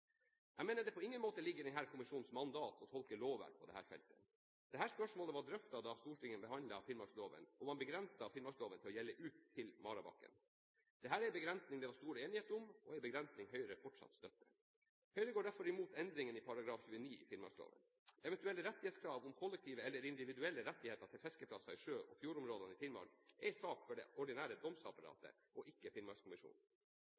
Jeg mener det på ingen måte ligger i denne kommisjonens mandat å tolke lovverk på dette feltet. Dette spørsmålet var drøftet da Stortinget behandlet finnmarksloven, og man begrenset finnmarksloven til å gjelde ut til marabakken. Dette er en begrensning det var stor enighet om, og en begrensning Høyre fortsatt støtter. Høyre går derfor imot endringene i § 29 i finnmarksloven. Eventuelle rettighetskrav om kollektive eller individuelle rettigheter til fiskeplasser i sjø- og fjordområdene i Finnmark er en sak for det ordinære